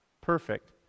perfect